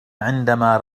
عندما